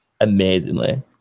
amazingly